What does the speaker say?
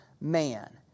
man